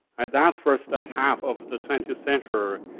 that first half of the twentieth century,